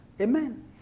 Amen